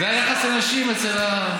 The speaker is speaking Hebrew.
זה היחס לנשים אצל,